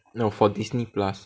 no for Disney Plus